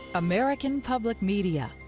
american public media,